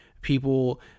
people